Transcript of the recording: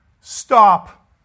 Stop